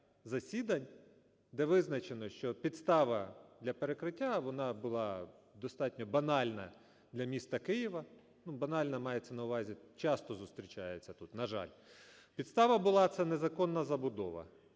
засідань, де визначено, що підстава для перекриття, вона була достатньо банальна для міста Києва, банальна, мається на увазі, часто зустрічається тут, на жаль. Підстава була. Це незаконна забудова